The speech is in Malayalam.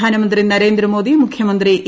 പ്രധാനമന്ത്രി നരേന്ദ്രമോദി മുഖ്യമന്ത്രി ഇ